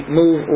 move